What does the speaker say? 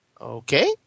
Okay